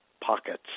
pockets